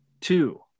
two